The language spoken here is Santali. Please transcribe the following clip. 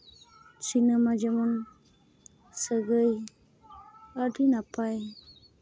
ᱥᱤᱱᱮᱢᱟ ᱡᱮᱢᱚᱱ ᱥᱟᱹᱜᱟᱹᱭ ᱟᱹᱰᱤ ᱱᱟᱯᱟᱭ